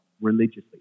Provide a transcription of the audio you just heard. religiously